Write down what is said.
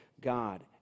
God